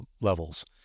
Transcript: levels